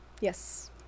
yes